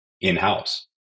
in-house